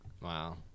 Wow